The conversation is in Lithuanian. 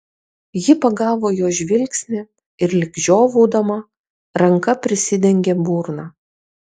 ji pagavo jo žvilgsnį ir lyg žiovaudama ranka prisidengė burną